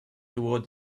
toward